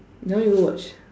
ya you go watch